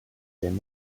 than